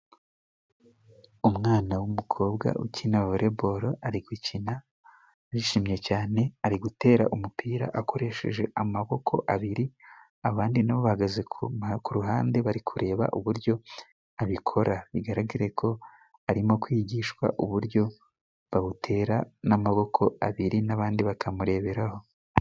Umwana w'umukobwa ukina vole balo ari gukina yishimye cyane ari gutera umupira akoresheje amaboko abiri abandi nabo bahagaze ku ku ruhande bari kureba uburyo abikora bigaragare ko arimo kwigishwa uburyo bawutera n'amaboko abiri n'abandi bakamureberaho.